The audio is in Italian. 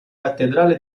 cattedrale